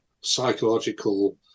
psychological